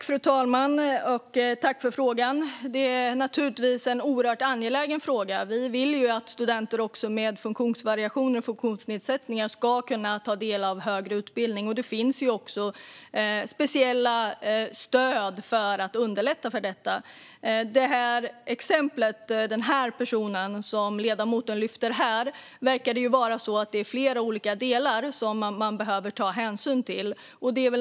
Fru talman! Tack för frågan, Ilona Szatmari Waldau! Det här är naturligtvis en oerhört angelägen fråga. Vi vill att också studenter med funktionsvariationer och funktionsnedsättningar ska kunna ta del av högre utbildning. Det finns också speciella stöd för att underlätta för detta. När det gäller den person som ledamoten lyfter fram här i exemplet verkar det vara flera olika delar som man behöver ta hänsyn till.